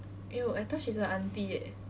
!eww! I thought she's like auntie eh